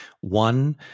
One